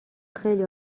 خیلی